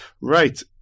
Right